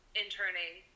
interning